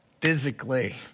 physically